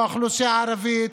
לאוכלוסייה הערבית,